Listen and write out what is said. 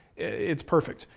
it's perfect.